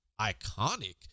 iconic